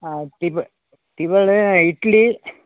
டிஃப tiffin idli